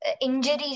injuries